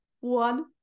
one